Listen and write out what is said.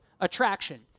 attraction